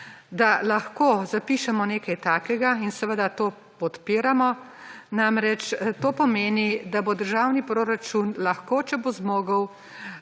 da lahko zapišemo nekaj takega, in seveda to podpiramo. Namreč, to pomeni, da bo državni proračun lahko, če bo zmogel,